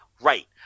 right